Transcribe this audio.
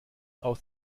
aus